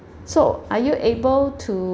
so are you able to